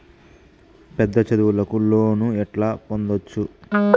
పెద్ద చదువులకు లోను ఎట్లా పొందొచ్చు